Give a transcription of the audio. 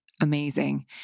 amazing